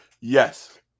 yes